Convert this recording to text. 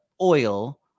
oil